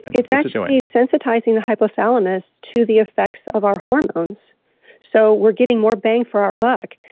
it's actually sensitizing the hypothalamus to the effects of our hormones so we're getting more bang for our buck.